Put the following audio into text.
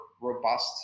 robust